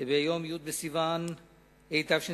ביום י' בסיוון התשס"ט,